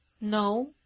No